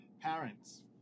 parents